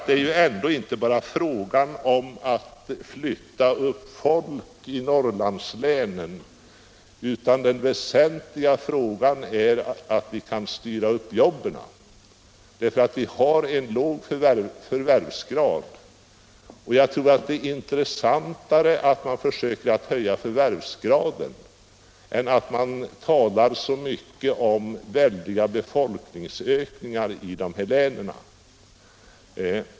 Det är ju inte bara fråga om att flytta upp folk till Norrlandslänen utan den väsentliga frågan är att styra upp jobben dit. Vi har där en låg förvärvsgrad, och jag tror det är intressantare att försöka höja den än att tala så mycket om väldiga befolkningsökningar i dessa län.